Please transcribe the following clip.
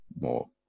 more